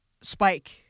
spike